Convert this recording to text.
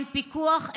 אין פיקוח,